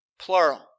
plural